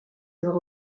avoir